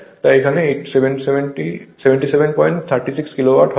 তাই এখানে 7736 kilowatt হবে